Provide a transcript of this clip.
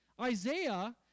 Isaiah